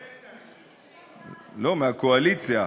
לא, מהקואליציה.